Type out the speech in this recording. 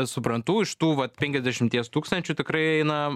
suprantu iš tų vat penkiasdešimties tūkstančių tikrai na